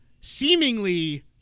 seemingly